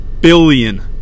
billion